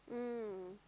mm